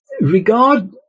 regard